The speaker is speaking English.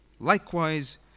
Likewise